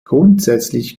grundsätzlich